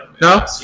No